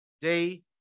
day